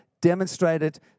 demonstrated